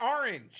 orange